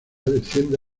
desciende